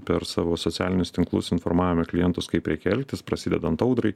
per savo socialinius tinklus informavome klientus kaip reikia elgtis prasidedant audrai